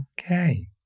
okay